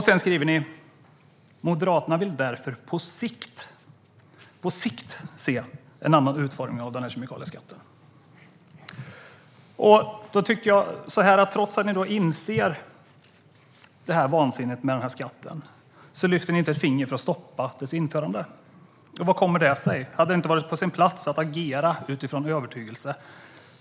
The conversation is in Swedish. Sedan skriver ni: Moderaterna vill därför på sikt se en annan utformning av denna kemikalieskatt. Trots att ni inser vansinnet med denna skatt lyfter ni inte ett finger för att stoppa införandet av den. Vad kommer det sig? Hade det inte varit på sin plats att agera utifrån övertygelse?